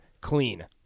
clean